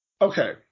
Okay